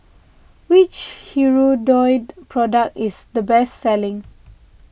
which Hirudoid product is the best selling